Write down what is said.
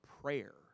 prayer